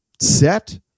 set